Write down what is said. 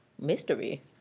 mystery